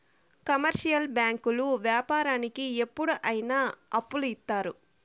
commercial బ్యాంకులు వ్యాపారానికి ఎప్పుడు అయిన అప్పులు ఇత్తారు